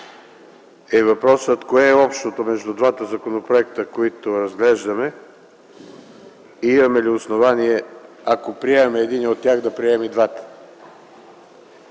е въпросът кое е общото между двата законопроекта, които разглеждаме, и имаме ли основание, ако приемем единия от тях, да приемем и двата.